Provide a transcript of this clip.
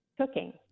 cooking